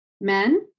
men